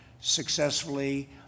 successfully